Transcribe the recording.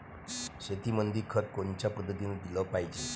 शेतीमंदी खत कोनच्या पद्धतीने देलं पाहिजे?